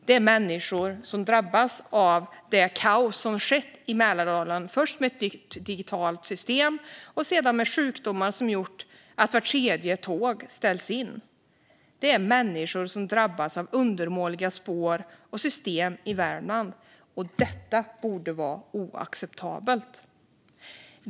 Det är människor som drabbats av det kaos som varit i Mälardalen, först med ett nytt digitalt system och sedan med sjukdomar som gjort att vart tredje tåg ställts in. Det är människor som drabbas av undermåliga spår och system i Värmland. Detta borde vara oacceptabelt.